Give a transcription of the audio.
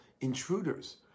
intruders